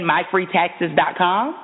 MyFreeTaxes.com